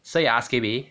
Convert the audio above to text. so you asking me